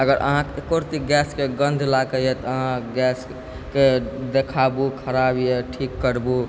अगर अहाँके एको रति गैसके गन्ध लागैए तऽ अहाँ गैसके देखाबू खराब यऽ तऽ ठीक कराबू